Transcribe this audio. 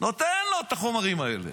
נותן לו את החומרים האלה.